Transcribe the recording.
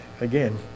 again